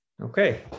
Okay